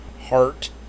heart